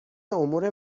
امور